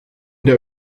der